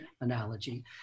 analogy